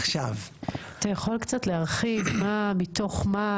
אתה יכול קצת להרחיב מה מתוך מה?